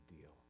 deal